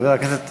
חבר הכנסת